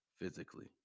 physically